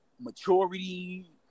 Maturity